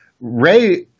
Ray